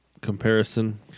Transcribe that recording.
comparison